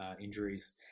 injuries